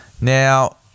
Now